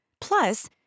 Plus